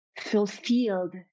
fulfilled